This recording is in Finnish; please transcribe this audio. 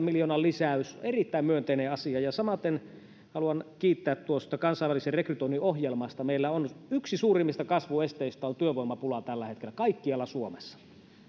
miljoonan lisäys se on erittäin myönteinen asia samaten haluan kiittää tuosta kansainvälisen rekrytoinnin ohjelmasta meillä yksi suurimmista kasvuesteistä on työvoimapula tällä hetkellä kaikkialla suomessa